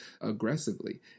aggressively